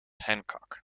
hancock